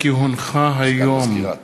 מזל טוב,